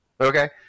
okay